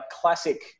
classic